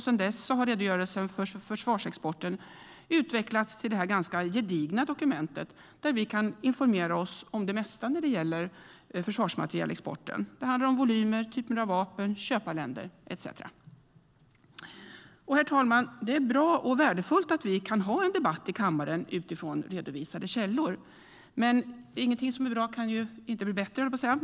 Sedan dess har redogörelsen för försvarsexporten utvecklats till det här ganska gedigna dokumentet där vi kan informera oss om det mesta när det gäller försvarsmaterielexporten. Det handlar om volymer, typer av vapen, köparländer etcetera. Herr talman! Det är bra och värdefullt att vi kan ha en debatt i kammaren utifrån redovisade källor, men det finns ingenting bra som inte kan bli bättre.